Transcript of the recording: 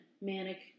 manic